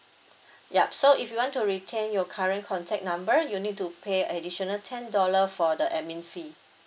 yup so if you want to retain your current contact number you need to pay additional ten dollar for the admin fee